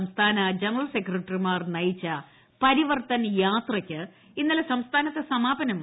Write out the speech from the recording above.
സംസ്ഥാന ജനറൽ സെക്രട്ടറിമാർ നയിച്ച പരിവർത്തൻ യാത്രയ്ക്ക് ഇന്നലെ സംസ്ഥാനത്ത് സമാപനമായി